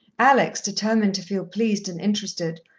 alex, determined to feel pleased and interested,